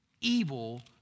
evil